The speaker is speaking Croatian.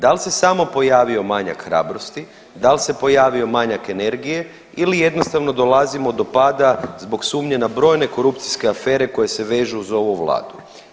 Dal se samo pojavio manjak hrabrosti, dal se pojavio manjak energije ili jednostavno dolazimo do pada zbog sumnje na brojne korupcijske afere koje se vežu uz ovu vladu?